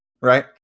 right